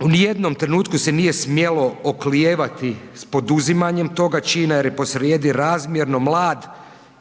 u ni jednom trenutku se nije smjelo oklijevati s poduzimanjem toga čina jer je posrijedi razmjerno mlad